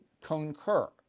concur